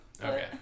Okay